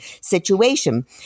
situation